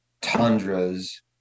tundras